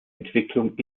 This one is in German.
entwicklung